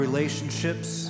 Relationships